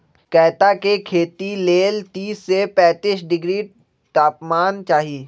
कैता के खेती लेल तीस से पैतिस डिग्री तापमान चाहि